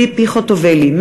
ציפי חוטובלי,